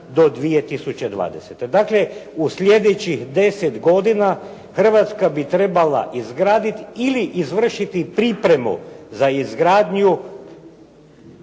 Hrvatska bi trebala izgraditi ili izvršiti pripremu za izgradnju